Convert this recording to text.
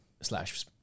Slash